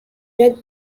red